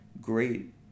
great